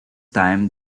time